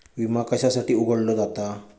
विमा कशासाठी उघडलो जाता?